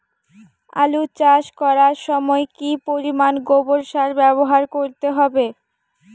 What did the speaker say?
আলু চাষ করার সময় কি পরিমাণ গোবর সার ব্যবহার করতে হবে?